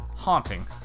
haunting